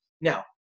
Now